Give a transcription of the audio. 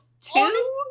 two